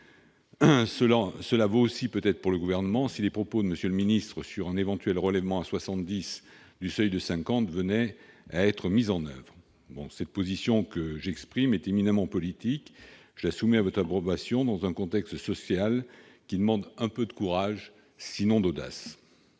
vaut aussi pour le Gouvernement si les propos de M. le ministre sur un éventuel relèvement à 70 du seuil de 50 venaient à être mis en oeuvre ... La position que j'exprime est éminemment politique. Je la soumets à votre approbation dans un contexte social qui demande un peu de courage, sinon de l'audace